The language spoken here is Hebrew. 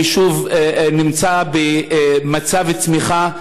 היישוב נמצא במצב צמיחה,